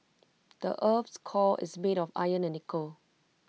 the Earth's core is made of iron and nickel